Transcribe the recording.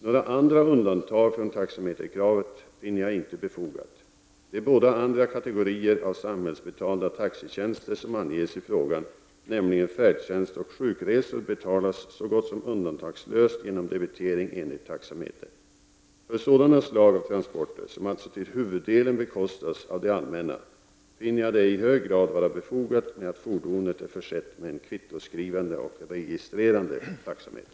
Några andra undantag från taxameterkravet finner jag inte befogat. De båda andra kategorier av samhällsbetalda taxitjänster som anges i frågan, nämligen färdtjänst och sjukresor, betalas så gott som undantagslöst genom debitering enligt taxameter. För sådana slag av transporter som alltså till huvuddelen bekostas av det allmänna, finner jag det i hög grad vara befogat att fordonet är försett med en kvittoskrivande och registrerande taxameter.